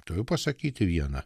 turiu pasakyti vieną